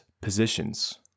positions